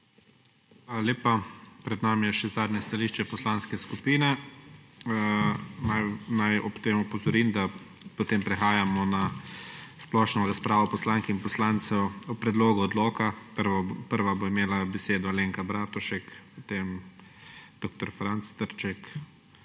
Hvala lepa. Pred nami je še zadnje stališče poslanske skupine. Naj ob tem opozorim, da potem prehajamo na splošno razpravo poslank in poslancev o predlogu odloka. Prva bo imela besedo Alenka Bratušek, potem dr. Franc Trček,